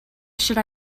should